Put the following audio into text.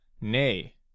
Nay